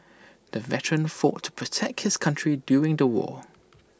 the veteran fought to protect his country during the war